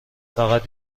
فقط